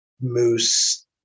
Moose